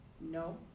No